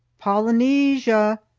polynesia!